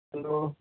hello